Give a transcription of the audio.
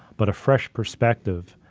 but a fresh perspective,